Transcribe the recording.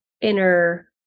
inner